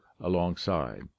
alongside